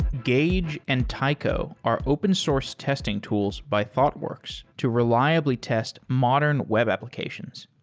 gauge and taiko are open source testing tools by thoughtworks to reliably test modern web applications.